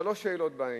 שלוש שאלות בעניין.